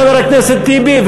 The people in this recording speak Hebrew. חבר הכנסת טיבי,